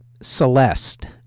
Celeste